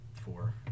four